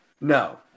No